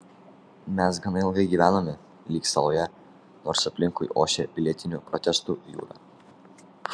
mes gana ilgai gyvenome lyg saloje nors aplinkui ošė pilietinių protestų jūra